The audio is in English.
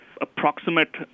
approximate